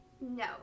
No